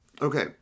okay